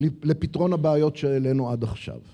לפתרון הבעיות שהעלינו עד עכשיו.